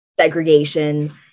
segregation